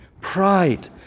pride